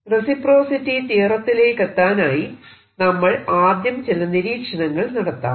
reciprocity തിയറത്തിലേക്കെത്താനായി നമ്മൾ ആദ്യം ചില നിരീക്ഷണങ്ങൾ നടത്താം